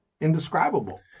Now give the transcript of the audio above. indescribable